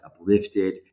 uplifted